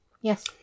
yes